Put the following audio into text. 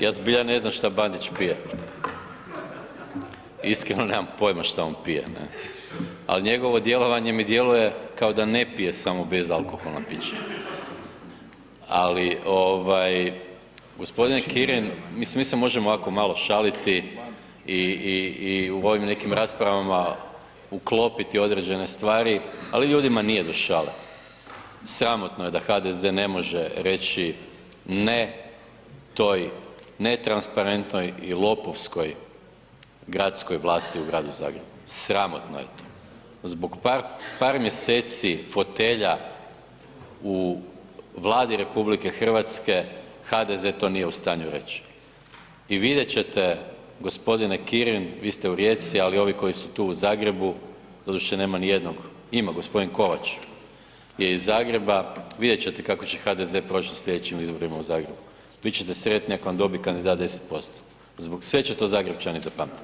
Ja zbilja ne znam šta Bandić pije, iskreno nemam pojma šta on pije, ne, al njegovo djelovanje mi djeluje kao da ne pije samo bezalkoholna pića, ali ovaj g. Kirin, mislim mi se možemo ovako malo šaliti i, i, i u ovim nekim raspravama uklopiti određene stvari, ali ljudima nije do šale, sramotno je da HDZ ne može reći ne toj netransparentnoj i lopovskoj gradskoj vlasti u Gradu Zagrebu, sramotno je to, zbog par, par mjeseci fotelja u Vladi RH, HDZ to nije u stanju reći i vidjet ćete g. Kirin, vi ste u Rijeci, ali ovi koji su tu u Zagrebu, doduše nema nijednog, ima g. Kovač je iz Zagreba, vidjet ćete kako će HDZ proć na slijedećim izborima u Zagrebu, bit ćete sretni ak vam dobi kandidat 10%, zbog sveg će to Zagrepčani zapamtit.